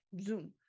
Zoom